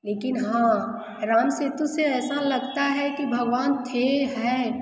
लेकिन हाँ राम सेतु से ऐसा लगता है कि भगवान थे हैं